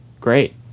Great